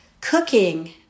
cooking